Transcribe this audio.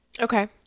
Okay